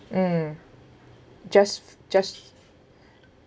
mm just just